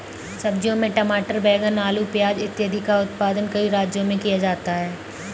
सब्जियों में टमाटर, बैंगन, आलू, प्याज इत्यादि का उत्पादन कई राज्यों में किया जाता है